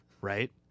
right